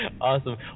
Awesome